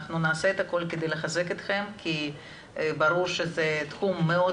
אנחנו נעשה הכל כדי לחזק אתכם כי ברור שזהו תחום מאד